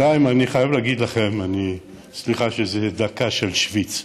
2. אני חייב להגיד לכם, סליחה שזאת דקה של שווייץ,